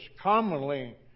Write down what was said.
commonly